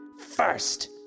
First